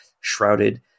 shrouded